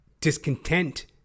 discontent